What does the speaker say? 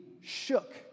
shook